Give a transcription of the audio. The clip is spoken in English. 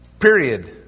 Period